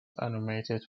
nominated